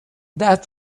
that